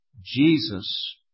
Jesus